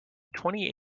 twenty